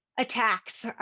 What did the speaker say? attacks,